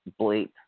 bleep